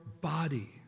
body